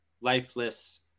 Lifeless